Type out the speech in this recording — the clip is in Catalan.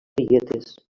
biguetes